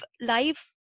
life